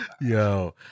Yo